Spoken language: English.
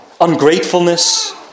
ungratefulness